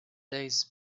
days